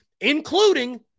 including